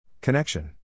Connection